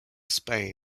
spain